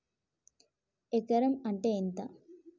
ఎకరం అంటే ఎంత?